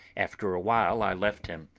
after a while i left him.